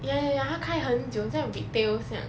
ya ya ya 它开很久像 retail 这样